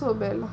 so bad lah